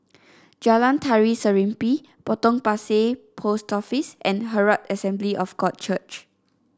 Jalan Tari Serimpi Potong Pasir Post Office and Herald Assembly of God Church